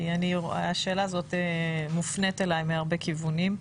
כי השאלה הזאת מופנית אליי מהרבה כיוונים,